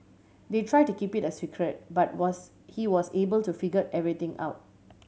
they tried to keep it a secret but was he was able to figure everything out